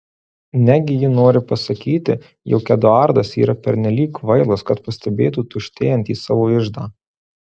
negi ji nori pasakyti jog eduardas yra pernelyg kvailas kad pastebėtų tuštėjantį savo iždą